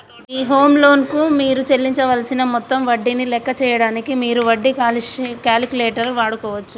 మీ home loan కు మీరు చెల్లించవలసిన మొత్తం వడ్డీని లెక్క చేయడానికి మీరు వడ్డీ క్యాలిక్యులేటర్ వాడుకోవచ్చు